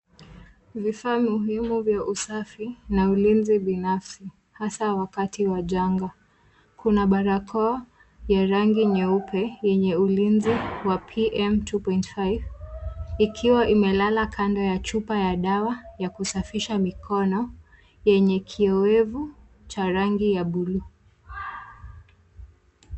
Vifaa muhimu vya usafi na ulinzi binafsi hasaa wakati wa janga. Kuna barakoa ya rangi nyeupe enye ulinzi wa PM 2.5 ikiwa imelala kando ya chupa ya dawa ya kusafisha mikono yenye kioevu cha rangi ya buluu.